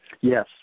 Yes